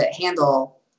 handle